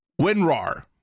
WinRAR